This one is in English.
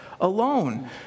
alone